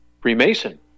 Freemason